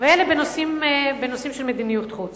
ואלה בנושאים של מדיניות חוץ.